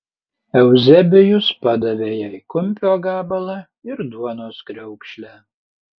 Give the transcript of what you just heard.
euzebijus padavė jai kumpio gabalą ir duonos kriaukšlę